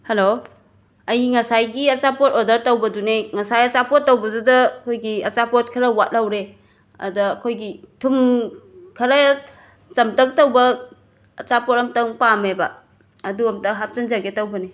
hello ꯑꯩ ꯉꯁꯥꯏꯒꯤ ꯑꯆꯥꯄꯣꯠ ꯑꯣꯔꯗꯔ ꯇꯧꯕꯗꯨꯅꯦ ꯉꯁꯥꯏ ꯑꯆꯥꯄꯣꯠ ꯇꯧꯕꯗꯨꯗ ꯑꯩꯈꯣꯏꯒꯤ ꯑꯆꯥꯄꯣꯠ ꯈꯔ ꯋꯥꯠꯍꯧꯔꯦ ꯑꯗ ꯑꯩꯈꯣꯏꯒꯤ ꯊꯨꯝ ꯈꯔ ꯆꯝꯇꯛ ꯇꯧꯕ ꯑꯆꯥꯄꯣꯠ ꯑꯝꯇꯪ ꯄꯥꯝꯃꯦꯕ ꯑꯗꯨ ꯑꯝꯇ ꯍꯥꯞꯆꯤꯟꯖꯒꯦ ꯇꯧꯕꯅꯦ